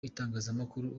itangazamakuru